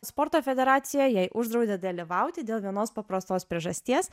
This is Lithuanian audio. sporto federacija jai uždraudė dalyvauti dėl vienos paprastos priežasties